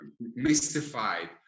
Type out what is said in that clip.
mystified